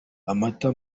amata